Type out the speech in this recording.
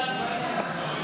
מדברים על מדינה פלסטינית,